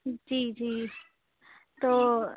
جی جی تو